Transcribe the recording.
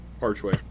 archway